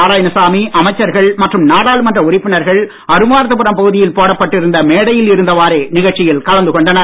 நாராயணசாமி அமைச்சர்கள் மற்றும் நாடாளுமன்ற உறுப்பினர்கள் அரும்பார்த்தபுரம் பகுதியில் போடப்பட்டிருந்த மேடையில் இருந்தவாரே நிகழ்ச்சியில் கலந்து கொண்டனர்